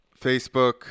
Facebook